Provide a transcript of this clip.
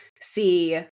see